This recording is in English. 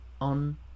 on